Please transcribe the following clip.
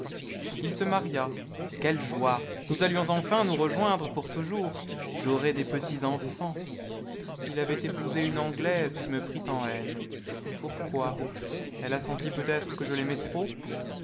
il se maria quelle joie nous allions enfin nous rejoindre pour toujours j'aurais des petits-enfants il avait épousé une anglaise qui me prit en haine pourquoi elle a senti peut-être que je l'aimais trop